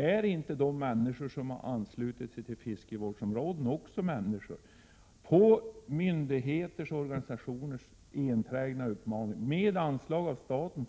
Är då inte de som har anslutit sig till en fiskevårdsförening också människor? De har anslutit sig på myndigheters och organisationers enträgna uppmaning och med anslag av staten.